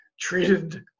treated